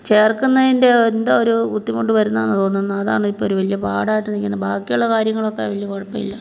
ചേർക്കുന്നതിൻ്റെ എന്തോ ഒരു ബുദ്ധിമുട്ട് വരുന്നതാന്ന് തോന്നുന്നു അതാന്ന് ഇപ്പം ഒരു പാടായിട്ട് നിൽക്കുന്നത് ബാക്കിയുള്ള കാര്യങ്ങളൊക്കെ വലിയ കുഴപ്പമില്ല